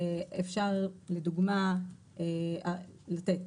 אפשר לתת דוגמאות,